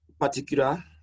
particular